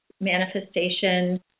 manifestation